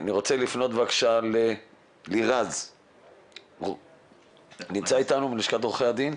אני רוצה לפנות ללירז ראש רביבו מלשכת עורכי הדין.